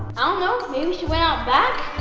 ah know. maybe she went out back?